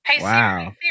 wow